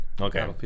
Okay